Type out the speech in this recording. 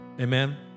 amen